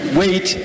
wait